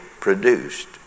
produced